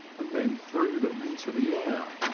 and then threw them into the air,